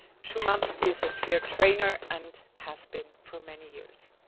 sumant is a sphere trayner and has been for many years